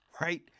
right